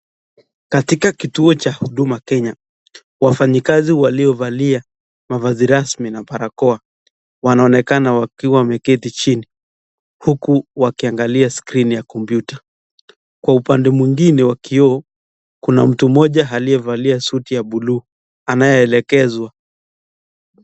Katika kituo cha huduma Kenya , wafanyakazi waliovalia mavazi rasmi na barakoa wanaonekana wakiwa wamekaa chini huku wakiangalia skrini ya kompyuta. Kwa upande mwingine wa kioo kuna mtu mmoja aliyevaa suti ya blue anayeongozwa.